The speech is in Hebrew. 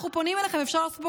אנחנו פונים אליכם: אפשר לעשות פה,